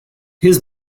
his